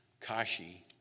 Kashi